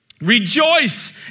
Rejoice